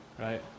Right